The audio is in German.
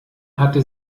hatte